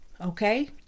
okay